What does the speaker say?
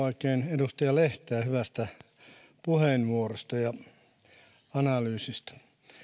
oikein kehua edustaja lehteä hyvästä puheenvuorosta ja analyysistä